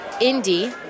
Indy